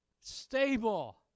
stable